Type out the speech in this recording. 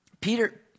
Peter